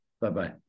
Bye-bye